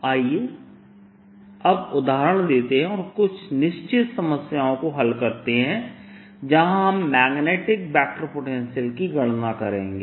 आइए अब उदाहरण लेते हैं और कुछ निश्चित समस्याओं को हल करते हैं जहां हम मैग्नेटिक वेक्टर पोटेंशियल की गणना करेंगे